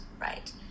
right